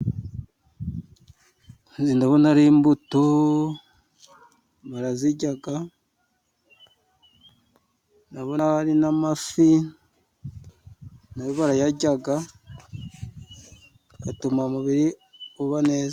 Ndabona ari imbuto barazirya, ndabona hariho n'amafi nayo barayarya, agagatuma umubiri uba neza.